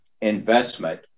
investment